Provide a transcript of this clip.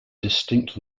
distinct